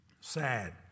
Sad